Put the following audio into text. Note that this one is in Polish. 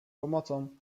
pomocą